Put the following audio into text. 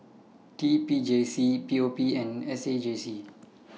T P J C P O P and S A J C